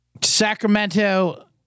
Sacramento